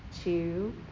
two